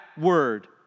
word